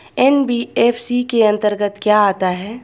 NBFC के अंतर्गत क्या आता है?